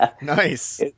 nice